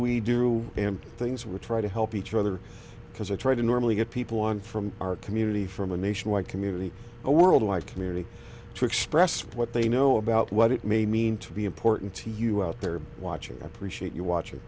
do things we try to help each other because i try to normally get people on from our community from a nationwide community and worldwide community to express what they know about what it may mean to be important to you out there watching appreciate you watch